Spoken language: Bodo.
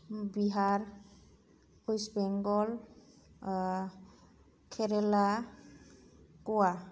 बिहार वेस्त बेंगल केरेला गवा